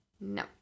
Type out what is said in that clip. No